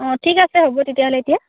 অঁ ঠিক আছে হ'ব তেতিয়াহ'লে এতিয়া